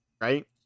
right